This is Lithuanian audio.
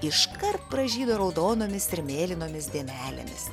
iškart pražydo raudonomis ir mėlynomis dėmelėmis